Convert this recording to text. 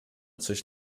coś